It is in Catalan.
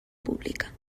pública